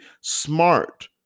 smart